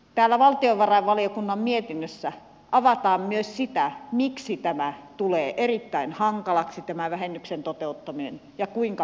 täällä valtiovarainvaliokunnan mietinnössä avataan myös sitä miksi tämä vähennyksen toteuttaminen tulee erittäin hankalaksi ja kuinka byrokraattista se on